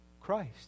Christ